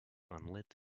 unlit